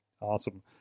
awesome